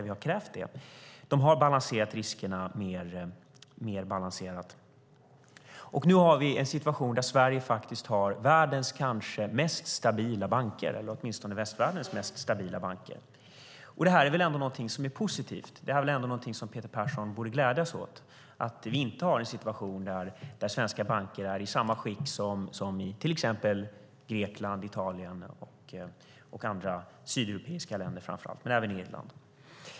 Vi har krävt det. De har balanserat riskerna bättre. Nu har vi en situation där Sverige har världens kanske stabilaste banker, eller åtminstone västvärldens. Det här är väl ändå någonting som är positivt och som Peter Persson borde glädjas åt. Vi har inte en situation där svenska banker är i samma skick som i framför allt Grekland, Italien och andra sydeuropeiska länder men även Irland.